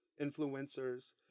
influencers